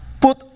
Put